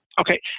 Okay